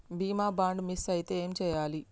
బీమా bond miss అయితే ఏం చేయాలి?